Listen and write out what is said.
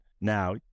Now